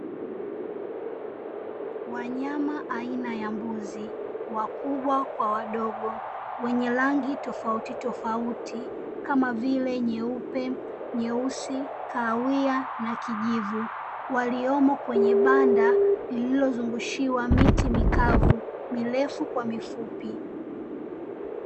Wanyama aina ya mbuzi wakubwa kwa wadogo wenye rangi tofauti tofauti kama vile nyeupe, nyeusi, kahawia na kijivu. Waliomo kwenye banda lililozungushiwa miti mikavu mirefu kwa mifupi.